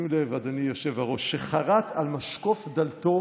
שים לב, אדוני היושב-ראש, "שחרט על משקוף דלתו